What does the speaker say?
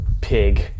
pig